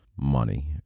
money